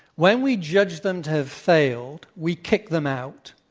when we judge them to have failed, we kick them out,